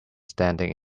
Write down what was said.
standing